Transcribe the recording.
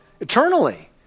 eternally